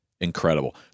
incredible